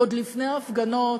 עוד לפני ההפגנות,